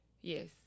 Yes